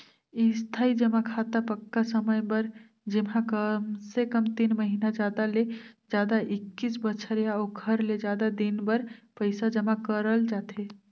इस्थाई जमा खाता पक्का समय बर जेम्हा कमसे कम तीन महिना जादा ले जादा एक्कीस बछर या ओखर ले जादा दिन बर पइसा जमा करल जाथे